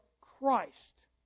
Christ